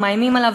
מאיימים עליו,